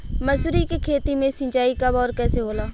मसुरी के खेती में सिंचाई कब और कैसे होला?